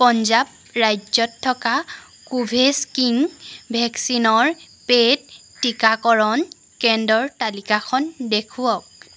পঞ্জাৱ ৰাজ্যত থকা কোভেছকিন ভেকচিনৰ পে'ইড টীকাকৰণ কেন্দ্ৰৰ তালিকাখন দেখুৱাওক